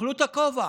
תאכלו את הכובע.